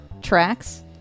tracks